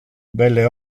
belle